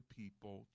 people